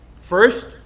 first